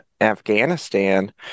Afghanistan